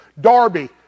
Darby